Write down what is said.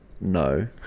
no